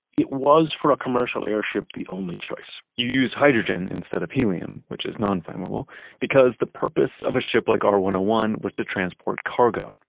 it was, for a commercial airship, the only choice you used hydrogen instead of helium which is non-flammable because the purpose of a ship like r one zero one was to transport cargo.